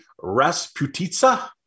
Rasputitsa